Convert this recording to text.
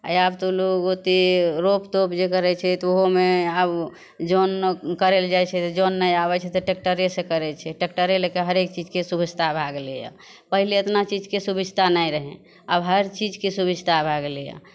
अऽ आब तऽ लोग ओतेक रोप तोप जे करै छै तऽ ओहूमे आब जनो करै लए जाइ छै तऽ जन नहि आबै छै तऽ टेक्टरे सँ करै छै टेक्टरे लेके हरेक चीजके सुविस्ता भए गेलैया पहिले एतना चीजके सुविस्ता नहि रहै आब हरचीजके सुविस्ता भए गेलैया